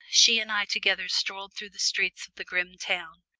she and i together strolled through the streets of the grim town,